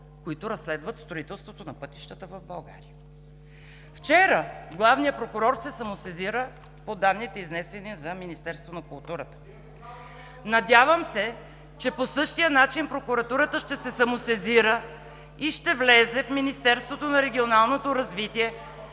които разследват строителството на пътищата в България. Вчера главният прокурор се самосезира по данните, изнесени за Министерство на културата. Надявам се, че по същия начин прокуратурата ще се самосезира и ще влезе в Министерството на регионалното развитие,